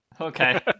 Okay